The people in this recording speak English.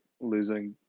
losing